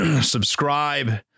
subscribe